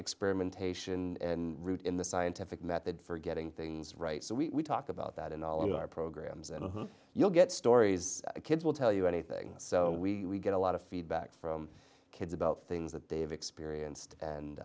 experimentation rooted in the scientific method for getting things right so we talk about that in all of our programs and you'll get stories kids will tell you anything so we get a lot of feedback from kids about things that they've experienced and